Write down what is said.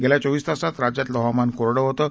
गेल्या चोवीस तासात राज्यातलं हवामान कोरडं होतं